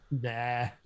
Nah